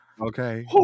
Okay